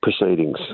proceedings